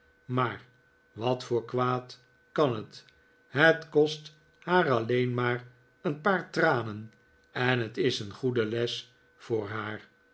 maar wat voor kwaad kan het het kost haar alleen maar een paar tranen en het is een goede les voor haar